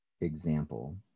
example